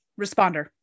responder